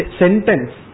sentence